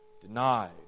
denied